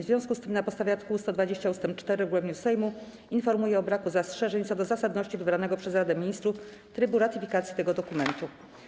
W związku z tym, na podstawie art. 120 ust. 4 regulaminu Sejmu, informuję o braku zastrzeżeń co do zasadności wybranego przez Radę Ministrów trybu ratyfikacji tego dokumentu.